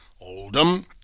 Oldham